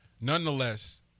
Nonetheless